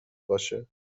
باشه